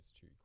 two